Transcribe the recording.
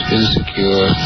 insecure